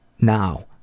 now